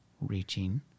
reaching